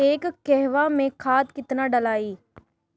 एक कहवा मे खाद केतना ढालाई?